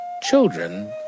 children